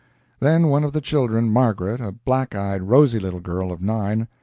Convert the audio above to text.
then one of the children, margaret, a black-eyed, rosy little girl of nine,